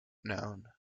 known